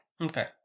Okay